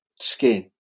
skin